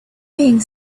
being